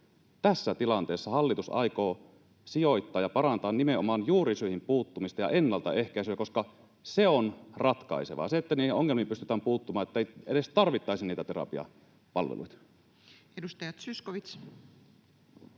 tässä tilanteessa hallitus aikoo sijoittaa ja parantaa nimenomaan juurisyihin puuttumista ja ennaltaehkäisyä? Se on ratkaisevaa, että niihin ongelmiin pystytään puuttumaan niin, ettei edes tarvittaisi niitä terapiapalveluita. Edustaja Zyskowicz.